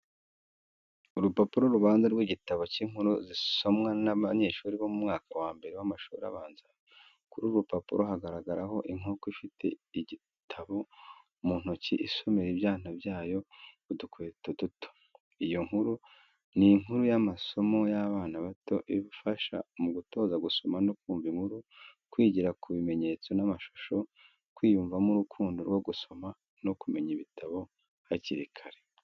Urupapuro rubanza rw'igitabo cy'inkuru zisomwa n'abanyeshuri bo mu mwaka wa mbere w'amashuri abanza. Kuri uru rupapuro hagaragaraho inkoko ifite igitabo mu ntoki isomera ibyana byayo udukweto duto. Iyo nkuru ni inkuru y’amasomo y’abana bato, ifasha mu gutoza gusoma no kumva inkuru, kwigira ku bimenyetso n’amashusho, kwiyumvamo urukundo rwo gusoma no kumenya ibitabo hakiri kare.